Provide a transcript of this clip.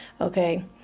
Okay